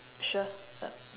sure